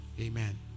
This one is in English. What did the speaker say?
Amen